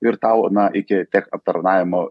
ir tau na iki tech aptarnavimo